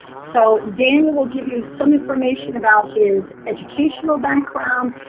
so daniel will give you some information about his educational background,